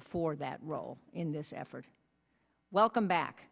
for that role in this effort welcome back